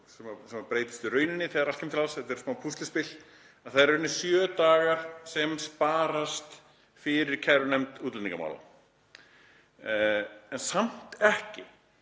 breytist í rauninni þegar allt kemur til alls, þetta er smá púsluspil, það eru í rauninni sjö dagar sem sparast fyrir kærunefnd útlendingamála — en samt ekki,